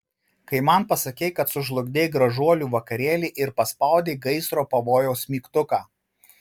kai man pasakei kad sužlugdei gražuolių vakarėlį ir paspaudei gaisro pavojaus mygtuką